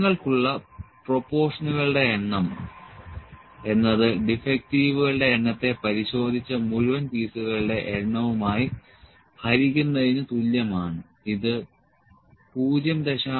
നിങ്ങൾക്കുള്ള പ്രൊപോർഷനുകളുടെ എണ്ണം എന്നത് ഡിഫെക്ടിവുകളുടെ എണ്ണത്തെ പരിശോധിച്ച മുഴുവൻ പീസുകളുടെ എണ്ണവുമായി ഹരിക്കുന്നതിന് തുല്യമാണ് ഇത് 0